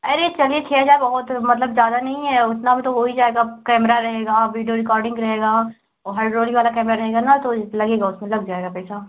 अरे चलिए छः हज़ार बहुत है मतलब ज़्यादा नहीं है उतना भी तो हो ही जाएगा कैमरा रहेगा वीडियो रिकॉर्डिंग रहेगा वह हाईड्रोलिंग वाला कैमरा रहेगा ना तो इस लगेगा उसमें लग जाएगा पैसा